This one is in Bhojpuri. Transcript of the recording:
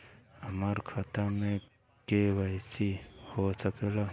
हमार खाता में के.वाइ.सी हो सकेला?